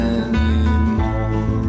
anymore